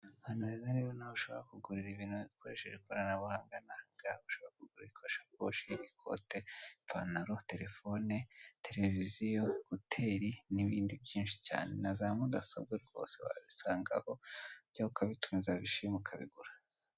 Ahantu heza rero nawe ushobora kugurira ibintu ukoresheje ikoranabuhanga ni ahangaha . ushobora kugura ibikoresho birimo ikote, ipantaro, terefone , tereviziyo ,ekuteri n'ibindi byinshi na za mudasobwa wazisangaho cyangwa ukabitumiza wabishima ukabigura.